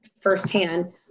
firsthand